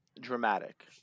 Dramatic